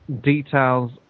details